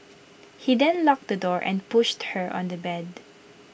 he then locked the door and pushed her on the bed